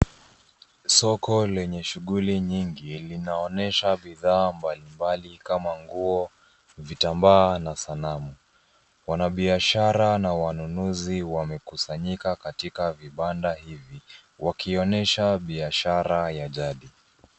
Soko lenye shughuli nyingi inaonyesha bidhaa mbalimbali kama nguo, vitambaa na sanamu. Wanabiashara na wanunuzi wamekusanyika katika vibanda hivi wakionyesha biashara ya jadi.